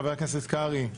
חבר הכנסת קרעי,